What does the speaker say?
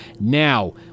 Now